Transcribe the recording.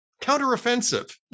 Counteroffensive